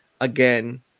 again